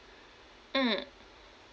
mm